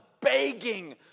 Begging